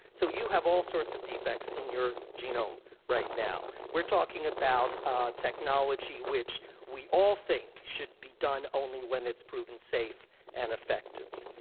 so you have all sorts of defects in your genome right now. we're talking about ah technology which we all think should be done only when it'sproven safe and effective.